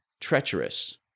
treacherous